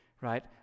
right